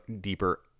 deeper